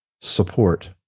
support